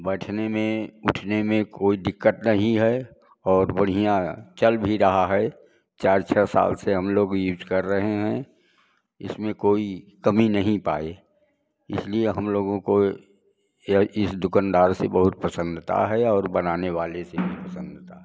बैठने में उठने में कोई दिक्कत नहीं है और बढ़ियाँ चल भी रहा है चार छ साल से हम लोग यूज कर रहे हैं इसमें कोई कमी नहीं पाए इसलिए हम लोगों को यह इस दुकानदार से बहुत प्रसन्नता है और बनाने वाले से भी प्रसन्नता है